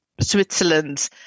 Switzerland